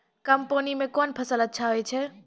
कम पानी म कोन फसल अच्छाहोय छै?